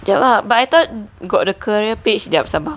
jap but I thought got a career page jap sabar